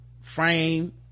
frame